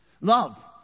Love